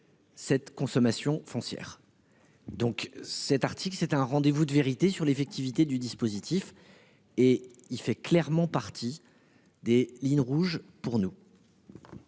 Cette consommation foncière. Donc cet article, c'est un rendez-vous de vérité sur l'effectivité du dispositif et il fait clairement partie des lignes rouges pour nous.